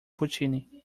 puccini